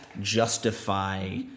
justify